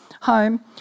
home